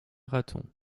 raton